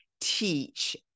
teach